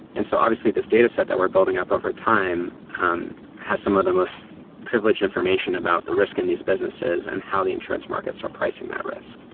and so obviously this dataset that we're building up over time um has some of the most privileged information about the risk in these businesses and how the insurance markets are pricing that risk.